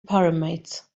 pyramids